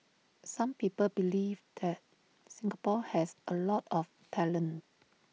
some people believe that Singapore has A lot of talent